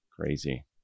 Crazy